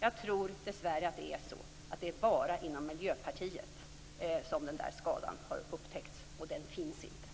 Jag tror dessvärre att det bara är inom Miljöpartiet som den där skadan har upptäckts, och den finns inte.